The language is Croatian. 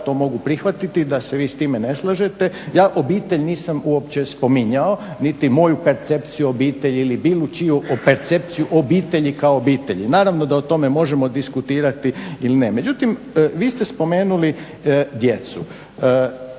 da se vi s time ne slažete, ja obitelj nisam uopće spominjao niti moju percepciju obitelji ili bilo čiju percepciju obitelji kao obitelji. Naravno da o tome možemo diskutirati ili ne. Međutim vi ste spomenuli djecu.